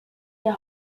der